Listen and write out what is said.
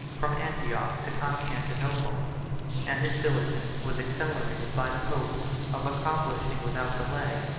from antioch to constantinople and his diligence was accelerated by the hope of accomplishing, without delay,